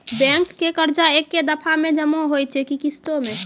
Bank के कर्जा ऐकै दफ़ा मे जमा होय छै कि किस्तो मे?